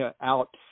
out